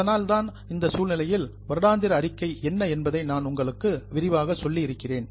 அதனால் தான் இந்த சூழ்நிலையில் வருடாந்திர அறிக்கை என்ன என்பதை நான் உங்களுக்கு விரிவாக சொல்லி இருக்கிறேன்